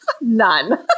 None